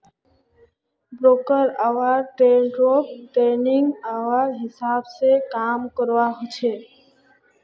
broker आर ट्रेडररोक trading hour हिसाब से काम करवा होचे